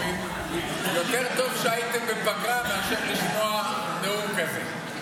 אומרים: יותר טוב שהייתם בפגרה מאשר לשמוע נאום כזה.